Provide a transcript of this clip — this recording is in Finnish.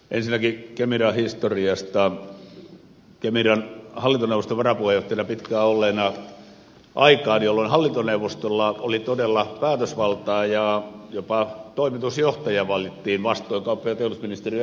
ensinnäkin kemiran historiasta kemiran hallintoneuvoston varapuheenjohtajana pitkään olleena aikaan jolloin hallintoneuvostolla oli todella päätösvaltaa jopa toimitusjohtaja valittiin vastoin kauppa ja teollisuusministeriön evästystä